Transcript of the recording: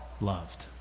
loved